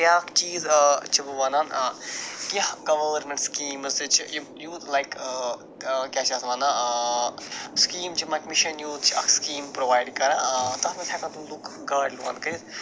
بیٛاکھ چیٖز چھِ بہٕ وَنان کیٚنٛہہ گوٲرمٮ۪نٛٹ سکیٖمٕز تہِ چھِ یِم یوٗتھ لایِک کیٛاہ چھِ اتھ وَنان سِکیٖم چھِ یوٗتھ چھِ اکھ سِکیٖم پرٛووایڈ کَران تَتھ منٛز ہٮ۪کن تِم لُکھ کٔرِتھ